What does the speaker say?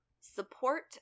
support